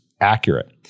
accurate